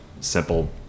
simple